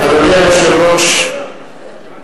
אדוני היושב-ראש,